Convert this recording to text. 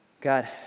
God